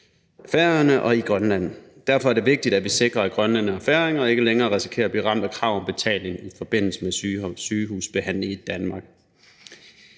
Derfor er det vigtigt, at vi sikrer, at grønlændere og færinger ikke længere risikerer at blive ramt af krav om betaling i forbindelse med sygehusbehandling i Danmark.